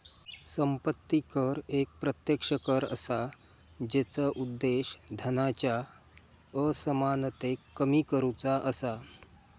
संपत्ती कर एक प्रत्यक्ष कर असा जेचा उद्देश धनाच्या असमानतेक कमी करुचा असा